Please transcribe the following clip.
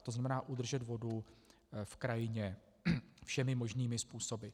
To znamená, udržet vodu v krajině všemi možnými způsoby.